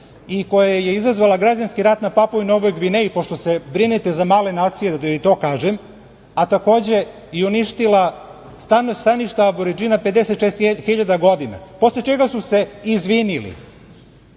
i koja je izazvala građanski rat na Papu i Novoj Gvineji, pošto se brinete za male nacije, da i to kažem, a takođe i uništila staništa Aburadžina pre mnogo godina, posle čega su se izvinili.